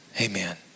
amen